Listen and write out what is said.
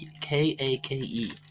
k-a-k-e